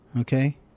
Okay